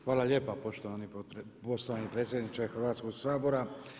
Hvala lijepo poštovani predsjedniče Hrvatskoga sabora.